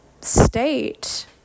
state